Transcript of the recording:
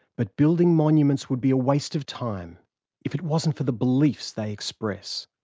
but building monuments would be a waste of time if it wasn't for the beliefs they express.